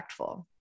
impactful